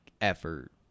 effort